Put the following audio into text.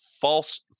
false